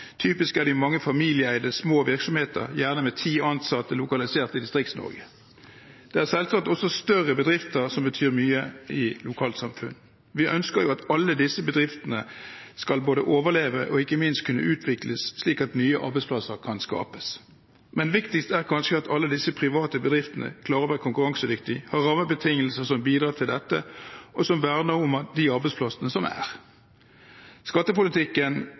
Typisk er de mange familieeide, små virksomheter, gjerne med ti ansatte, lokalisert i Distrikts-Norge. Det er selvsagt også større bedrifter, som betyr mye i lokalsamfunn. Vi ønsker at alle disse bedriftene skal overleve og ikke minst kunne utvikles, slik at nye arbeidsplasser kan skapes. Men viktigst er kanskje at alle disse private bedriftene klarer å være konkurransedyktige og har rammebetingelser som bidrar til dette, og som verner om de arbeidsplassene som er. Skattepolitikken